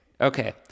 Okay